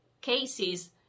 cases